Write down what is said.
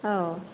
औ